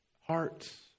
hearts